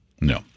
no